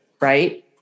right